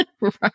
Right